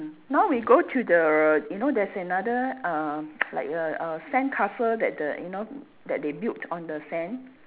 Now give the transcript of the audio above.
mm now we go to the you know there's another uh like a a sandcastle that the you know that they built on the sand